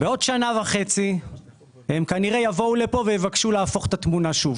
בעוד שנה וחצי הם כנראה יבואו לפה ויבקשו להפוך את התמונה שוב.